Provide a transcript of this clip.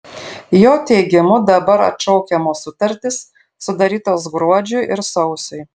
jo teigimu dabar atšaukiamos sutartys sudarytos gruodžiui ir sausiui